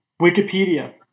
Wikipedia